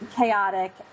chaotic